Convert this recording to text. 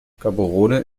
gaborone